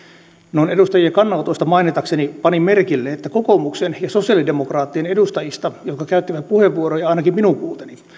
noin edustajien kannanotoista mainitakseni panin merkille että kokoomuksen ja sosialidemokraattien edustajista jotka käyttivät puheenvuoroja ainakin minun kuulteni